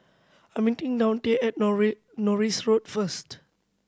I meeting Daunte at Norris Road first